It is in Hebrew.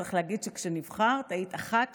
וצריך להגיד שכשנבחרת היית אחת